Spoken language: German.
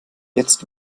jetzt